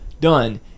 Done